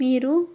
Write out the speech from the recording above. మీరు